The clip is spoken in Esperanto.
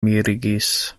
mirigis